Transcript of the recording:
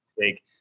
Take